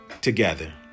together